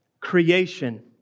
creation